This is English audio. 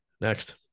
Next